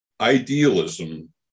idealism